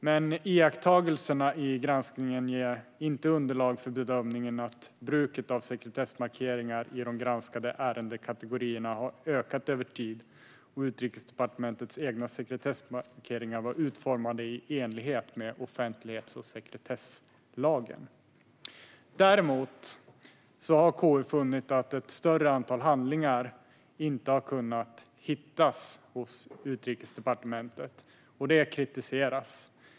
Men iakttagelserna i granskningen ger inte underlag för bedömningen att bruket av sekretessmarkeringar i de granskade ärendekategorierna har ökat över tid. Och Utrikesdepartementets egna sekretessmarkeringar var utformade i enlighet med offentlighets och sekretesslagen. Däremot har KU funnit att ett större antal handlingar inte har kunnat hittas hos Utrikesdepartementet, och detta kritiseras.